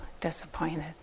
disappointed